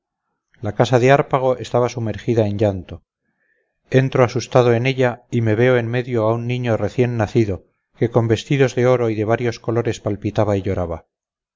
la casa de hárpago estaba sumergida en llanto entro asustado en ella y me veo en medio a un niño recién nacido que con vestidos de oro y de varios colores palpitaba y lloraba